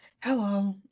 Hello